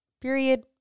period